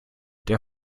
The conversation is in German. der